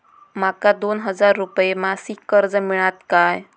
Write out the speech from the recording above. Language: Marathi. माका दोन हजार रुपये मासिक कर्ज मिळात काय?